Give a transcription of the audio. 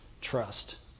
trust